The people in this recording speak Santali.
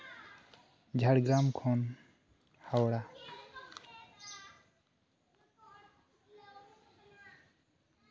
ᱡᱷᱟᱲᱜᱨᱟᱢ ᱠᱷᱚᱱ ᱦᱟᱣᱲᱟ